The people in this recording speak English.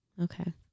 Okay